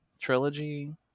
trilogy